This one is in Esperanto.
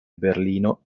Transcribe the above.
berlino